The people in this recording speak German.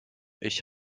ich